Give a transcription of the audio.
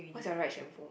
what's your right shampoo